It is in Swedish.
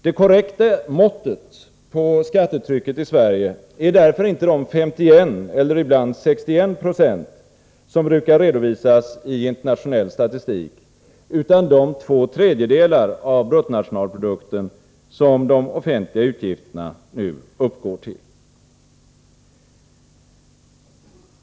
Det korrekta måttet på skattetrycket i Sverige är därför inte de 51 eller ibland 61 26 som brukar redovisas i internationell statistik, utan de två tredjedelar av bruttonationalprodukten som de offentliga utgifterna nu uppgår till.